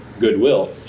Goodwill